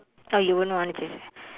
oh you will not want to change